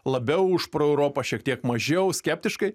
labiau už proeuropą šiek tiek mažiau skeptiškai